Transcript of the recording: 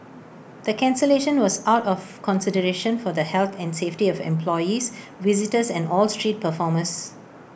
the cancellation was out of consideration for the health and safety of employees visitors and all street performers